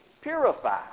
purify